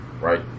right